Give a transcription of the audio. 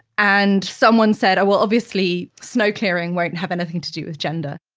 and someone said, well, obviously, snow clearing won't have anything to do with gender.